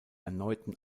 erneuten